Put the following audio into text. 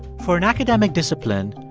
for an academic discipline,